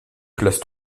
classe